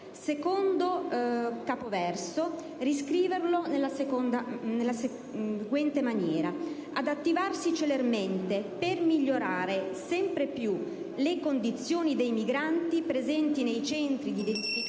secondo capoverso nella seguente maniera: «ad attivarsi celermente per migliorare sempre più le condizioni dei migranti presenti nei Centri di identificazione